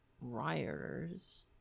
rioters